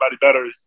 better